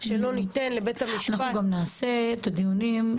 שלא ניתן לבית המשפט --- אנחנו גם נעשה את הדיונים,